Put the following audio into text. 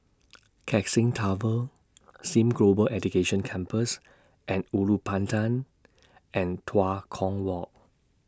Keck Seng Tower SIM Global Education Campus and Ulu Pandan and Tua Kong Walk